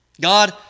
God